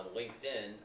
LinkedIn